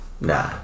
nah